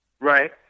Right